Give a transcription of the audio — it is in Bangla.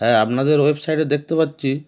হ্যাঁ আপনাদের ওয়েবসাইটে দেখতে পাচ্ছি